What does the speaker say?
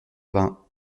vingts